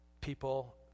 people